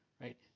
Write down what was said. right